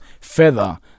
further